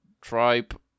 tribe